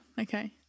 okay